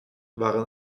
waren